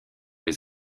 les